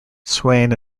swain